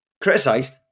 criticised